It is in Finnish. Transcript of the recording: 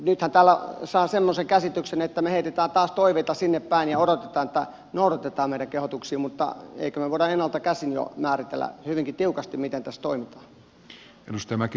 nythän täällä saa semmoisen käsityksen että me heitämme taas toiveita sinnepäin ja odotamme että noudatetaan meidän kehotuksiamme mutta emmekö me voi jo ennalta käsin määritellä hyvinkin tiukasti miten tässä toimitaan